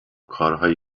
کارهایی